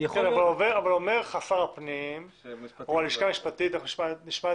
אומר לך שר הפנים או הלשכה המשפטית שזאת